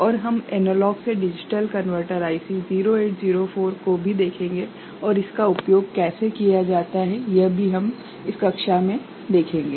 और हम एनालॉग से डिजिटल कनवर्टर आईसी 0804 को भी देखेंगे और इसका उपयोग कैसे किया जाता है यह भी हम इस कक्षा देखेंगे